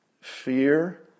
fear